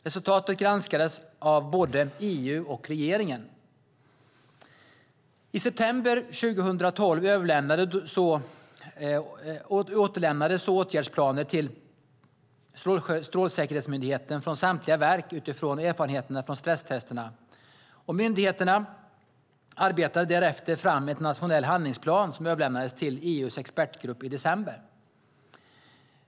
Resultaten granskades av både EU och regeringen. I september 2012 överlämnades åtgärdsplaner till Strålsäkerhetsmyndigheten från samtliga verk utifrån erfarenheterna från stresstesterna, och myndigheten arbetade därefter fram en nationell handlingsplan som överlämnades till EU:s expertgrupp i december.